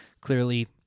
clearly